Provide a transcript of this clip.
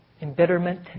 embitterment